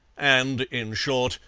and, in short,